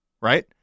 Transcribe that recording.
right